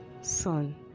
son